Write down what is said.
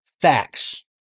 facts